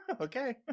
Okay